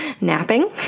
napping